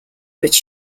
but